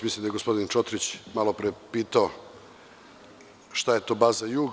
Mislim da je gospodin Čotrić malopre pitao – šta je to baza „Jug“